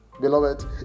beloved